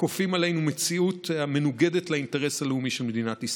וכופים עלינו מציאות המנוגדת לאינטרס הלאומי של מדינת ישראל.